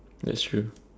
that's true